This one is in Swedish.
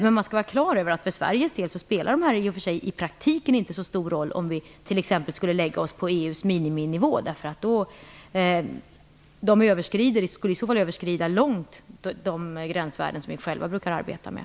Men man skall vara på det klara med att det för Sveriges del i praktiken inte spelar så stor roll om vi t.ex. skulle lägga oss på EU:s miniminivå, därför att den i så fall långt skulle överskrida de gränsvärden som vi själva brukar arbeta med.